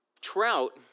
Trout